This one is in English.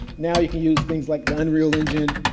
now you can use things like the unreal engine.